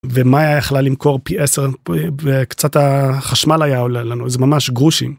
ומאיה יכלה למכור פי 10, קצת החשמל היה עולה לנו זה ממש גרושים.